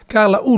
Carla